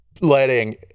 letting